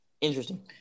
interesting